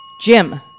Jim